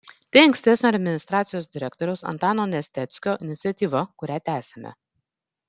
tai ankstesnio administracijos direktoriaus antano nesteckio iniciatyva kurią tęsiame